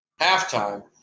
halftime